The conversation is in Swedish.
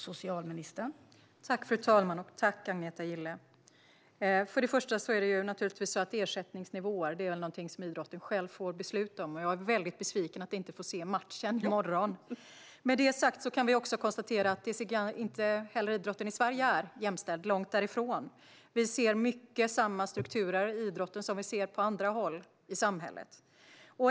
Fru talman! Tack för frågan, Agneta Gille! Först och främst är det naturligtvis så att ersättningsnivåer är något som idrotten själv får besluta om. Jag är väldigt besviken över att inte få se matchen i morgon. Med det sagt kan vi också konstatera att inte heller idrotten i Sverige är jämställd. Långt därifrån. Vi ser samma strukturer i idrotten som vi ser på andra håll i samhället.